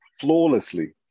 flawlessly